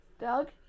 Doug